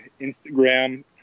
Instagram